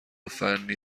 فنی